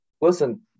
Listen